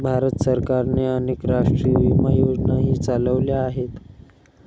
भारत सरकारने अनेक राष्ट्रीय विमा योजनाही चालवल्या आहेत